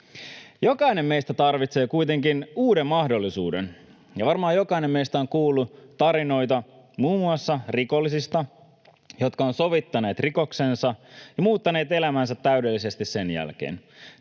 Jokainen meistä tarvitsee kuitenkin uuden mahdollisuuden. Ja varmaan jokainen meistä on kuullut tarinoita muun muassa rikollisista, jotka ovat sovittaneet rikoksensa ja muuttaneet elämänsä täydellisesti sen jälkeen,